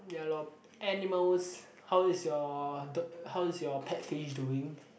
ya lor animals how is your the how is your pet fish doing